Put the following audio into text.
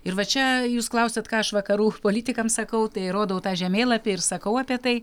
ir va čia jūs klausiat ką aš vakarų politikams sakau tai rodau tą žemėlapį ir sakau apie tai